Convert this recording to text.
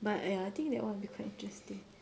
but ya I think that [one] will be quite interesting